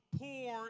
poor